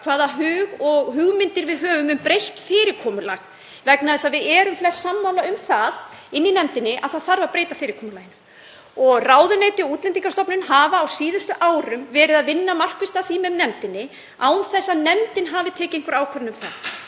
hug og hugmyndir við höfum um breytt fyrirkomulag. Við erum flest sammála um það í nefndinni að breyta þurfi fyrirkomulaginu og ráðuneyti og Útlendingastofnun hafa á síðustu árum verið að vinna markvisst að því með nefndinni án þess að nefndin hafi tekið einhverja ákvörðun um það.